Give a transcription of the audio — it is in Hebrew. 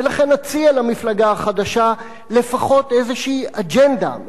ולכן אציע למפלגה החדשה לפחות איזושהי אג'נדה,